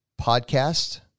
podcast